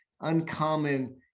uncommon